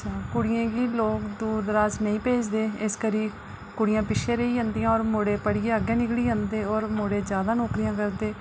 कुड़ियें गी लोक दूर दराज नेईं भेजदे इस करी कुड़ियां पिच्छे रेही जंदियां और मुड़े पढ़ियै अग्गै निकली जंदे और मुड़े जादा नौकरियां करदे